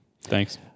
thanks